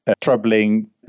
troubling